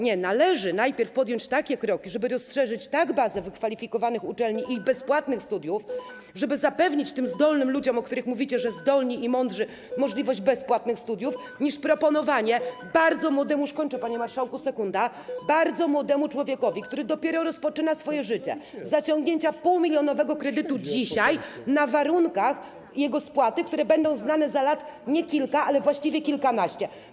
Nie, należy najpierw podjąć takie kroki, żeby tak rozszerzyć bazę wykwalifikowanych uczelni i bezpłatnych studiów, żeby zapewnić tym zdolnym ludziom, o których mówicie, że zdolni i mądrzy, możliwość bezpłatnych studiów, a nie proponować bardzo młodemu - już kończę, panie marszałku, sekunda - człowiekowi, który dopiero rozpoczyna swoje życie, zaciągnięcie dzisiaj półmilionowego kredytu na warunkach spłaty, które będą znane za lat nie kilka, ale właściwie kilkanaście.